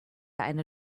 eine